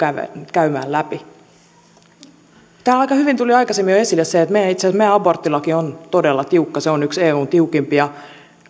käymään läpi täällä aika hyvin tuli aikaisemmin jo esille se että itse asiassa meidän aborttilakimme on todella tiukka se on yksi eun tiukimpia